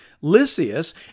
Lysias